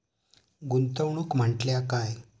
गुंतवणूक म्हटल्या काय?